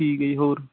ਠੀਕ ਹੈ ਜੀ ਹੋਰ